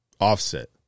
Offset